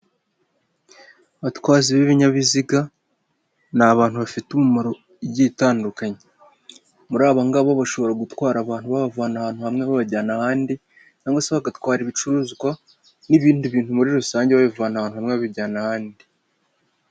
Abatwazi b'ibinyabiziga, ni abantu bafite umumaro igiye itandukanye. Muri abongabo bashobora gutwara abantu babavana ahantu hamwe babajyana ahandi, cyangwa se bagatwara ibicuruzwa, n'ibindi bintu muri rusange babivana ahantu hamwe babijyana ahandi.